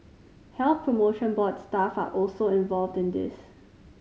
Health Promotion Board staff are also involved in this